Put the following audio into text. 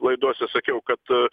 laidose sakiau kad